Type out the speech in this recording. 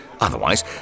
Otherwise